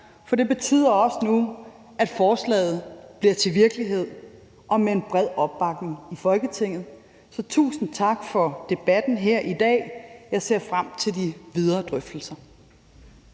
for det betyder også, at forslaget nu bliver til virkelighed og med en bred opbakning i Folketinget. Så tusind tak for debatten her i dag. Jeg ser frem til de videre drøftelser.